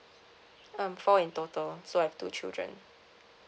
um four in total so I have two children